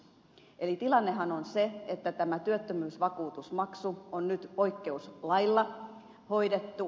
eli tilannehan on se että tämä työttömyysvakuutusmaksu on nyt poikkeuslailla hoidettu